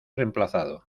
reemplazado